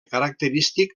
característic